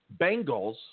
Bengals